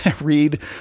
read